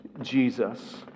Jesus